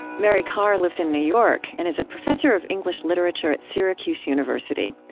mary karr lives in new york and is a professor of english literature at syracuse university.